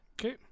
Okay